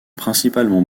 principalement